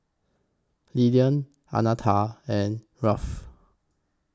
Lillian Annetta and Ralph